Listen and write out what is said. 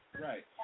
Right